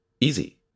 easy